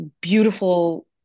beautiful